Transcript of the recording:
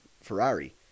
Ferrari